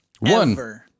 One